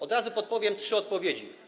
Od razu podpowiem trzy odpowiedzi.